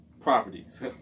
Properties